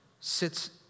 sits